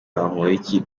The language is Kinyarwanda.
bamporiki